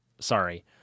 sorry